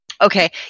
Okay